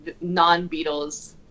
non-Beatles